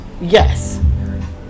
Yes